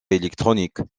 électronique